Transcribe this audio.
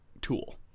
tool